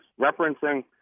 referencing